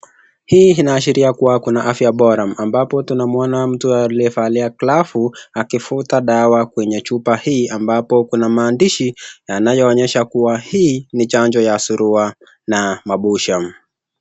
Hii inaashiria kuwa kuna afya bora, ambapo tunamwona mtu aliyevalia glavu akivuta dawa kwenye chupa hii ambapo kuna maandishi yanayoonyesha kuwa hii ni chanjo ya zurua na mabusha.